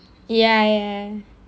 ya ya